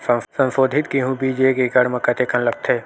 संसोधित गेहूं बीज एक एकड़ म कतेकन लगथे?